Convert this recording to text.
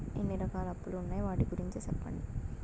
ఎన్ని రకాల అప్పులు ఉన్నాయి? వాటి గురించి సెప్పండి?